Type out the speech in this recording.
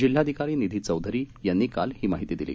जिल्हाधिकारीनिधीचौधरीयांनी काल ही माहितीदिली